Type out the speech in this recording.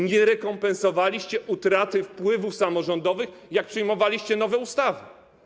Nie rekompensowaliście utraty wpływów samorządowych, gdy przyjmowaliście nowe ustawy.